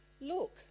look